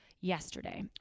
yesterday